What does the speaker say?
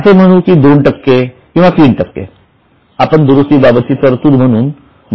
असे म्हणू कि 2 किंवा तीन टक्के आपण दुरुस्ती बाबत ची तरतूद म्हणून बाजूला ठेवू शकतो